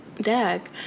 Dag